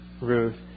Ruth